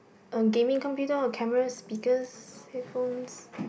a gaming computer or cameras speakers headphones